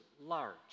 large